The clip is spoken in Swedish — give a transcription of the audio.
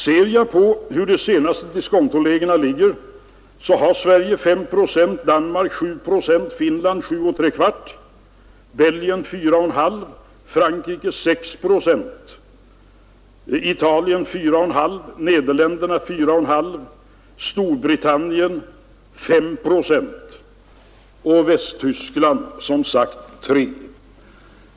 De nuvarande diskontolägena visar att Sverige har 5 procent, Danmark 7 procent, Finland 7,75 procent, Belgien 4,5 procent, Frankrike 6 procent, Italien 4,5 procent, Nederländerna 4,5 procent, Storbritannien 5 procent och Västtyskland som sagt 3 procent.